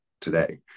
today